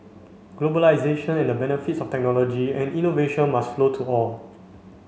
globalisation and the benefits of technology and innovation must flow to all